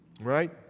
Right